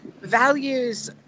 values